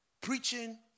Preaching